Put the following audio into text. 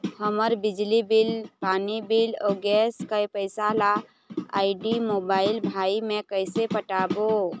हमर बिजली बिल, पानी बिल, अऊ गैस के पैसा ला आईडी, मोबाइल, भाई मे कइसे पटाबो?